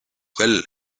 well